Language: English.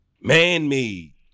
Man-me